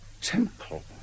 Temple